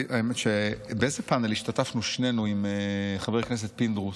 באיזה פאנל השתתפנו שנינו עם חבר הכנסת פינדרוס?